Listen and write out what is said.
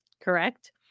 correct